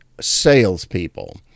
salespeople